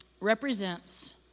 represents